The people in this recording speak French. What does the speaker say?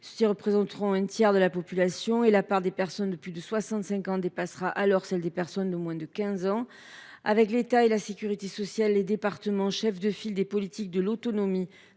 ci représenteront un tiers de la population, et la part des personnes de plus de 65 ans dépassera alors celle des personnes de moins de 15 ans. Avec l’État et la sécurité sociale, les départements, chefs de file des politiques de l’autonomie,